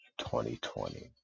2020